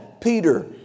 Peter